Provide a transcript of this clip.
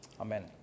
Amen